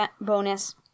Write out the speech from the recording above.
bonus